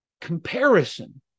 Comparison